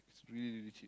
really really cheap